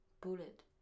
Bullet